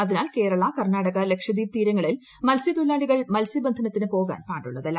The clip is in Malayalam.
അതിനാൽ കേരള കർണാടക ലക്ഷദ്വീപ് തീരങ്ങളിൽ മത്സൃത്തൊഴിലാളികൾ മത്സൃ ബന്ധനത്തിന് പോകാൻ പാടുളളതല്ല